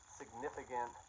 significant